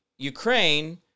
ukraine